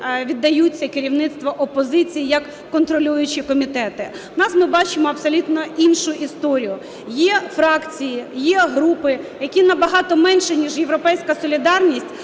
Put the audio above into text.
віддаються керівництву опозиції як контролюючі комітети. У нас ми бачимо абсолютно іншу історію. Є фракції, є групи, які набагато менші, ніж "Європейська солідарність",